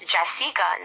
Jessica